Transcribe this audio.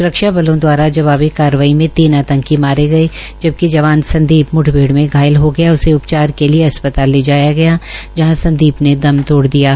स्रक्षा बलों द्वारा वाबी कार्रवाई में तीन आतंकी मारे गये बकि वान संदीप क्ठभेड़ में घायल हो गया उसे उपचार के लिए अस्पताल ले भाया गया भाया संदीप ने दम तोड़ दिया था